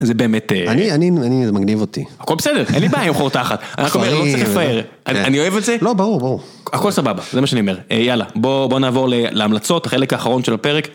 זה באמת... אני, אני, זה מגניב אותי. הכל בסדר, אין לי בעיה עם חור תחת. אנחנו באמת לא צריכים לתאר. אני אוהב את זה? לא, ברור, ברור. הכל סבבה, זה מה שאני אומר. אה, יאללה, בואו, בואו נעבור להמלצות, החלק האחרון של הפרק.